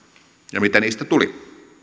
ja mitä niistä tuli